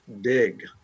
dig